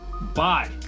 Bye